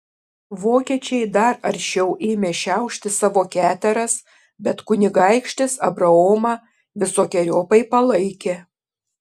vokiečiai dar aršiau ėmė šiaušti savo keteras bet kunigaikštis abraomą visokeriopai palaikė